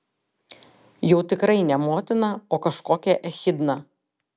jau tikrai ne motina o kažkokia echidna